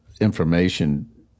information